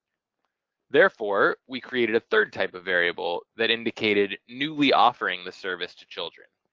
therefore, we created a third type of variable that indicated newly offering the service to children.